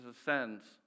ascends